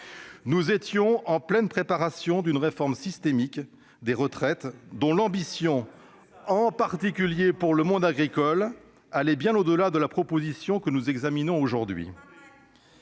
Nous étions en pleine préparation d'une réforme systémique des retraites, dont l'ambition, en particulier pour le monde agricole, allait bien au-delà de la proposition que nous examinons aujourd'hui.